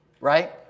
Right